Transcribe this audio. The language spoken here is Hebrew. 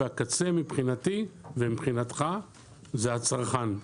והקצה מבחינתי ומבחינתך זה הצרכן.